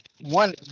One